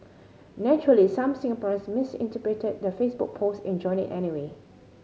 naturally some Singaporeans misinterpreted the Facebook post enjoined it anyway